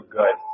good